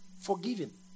forgiven